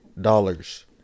dollars